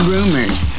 Rumors